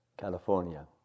California